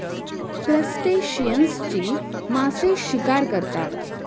क्रस्टेशियन्सची मासे शिकार करतात